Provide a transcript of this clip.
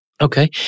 Okay